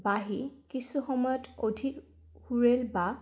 বাঁহী কিছু সময়ত অধিক বা